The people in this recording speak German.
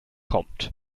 kommt